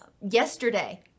yesterday